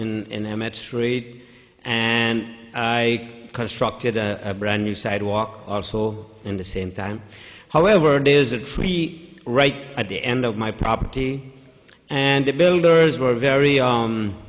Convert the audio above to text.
st and i constructed a brand new sidewalk also in the same time however it is a treat right at the end of my property and the builders were very